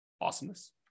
Awesomeness